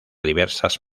diversas